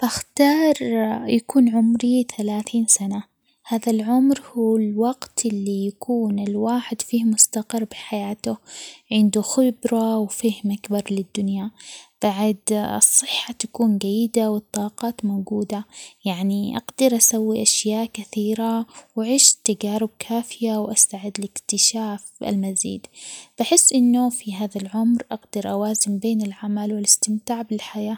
لو عندي قوة خارقة، كنت باختار القدرة على شفاء الناس من كل الأمراض، عشان الصحة هي أساس الحياة. لمن أشوف حد مريض ويتألم، قلبي يعورني وما أقدر أسوي شي. لكن لو عندي هالقوة، أقدر أداوي كل حد وأرجّع له عافيته وراحته، وذي أكبر نعمة ممكن أقدمها للناس.